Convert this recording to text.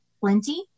plenty